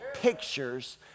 pictures